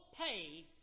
pay